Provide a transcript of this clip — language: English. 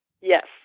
Yes